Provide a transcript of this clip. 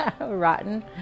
Rotten